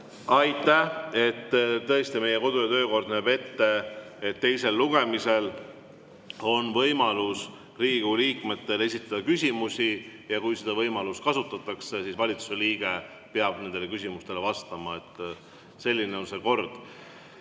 Aitäh! Tõesti, meie kodu‑ ja töökord näeb ette, et teisel lugemisel on võimalus Riigikogu liikmetel esitada küsimusi. Ja kui seda võimalust kasutatakse, siis valitsuse liige peab nendele küsimustele vastama. Selline on see kord.